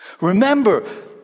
Remember